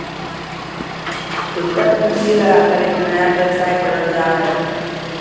उद्यम पूंजी लगाकर एक नया व्यवसाय करल जा हइ